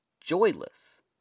joyless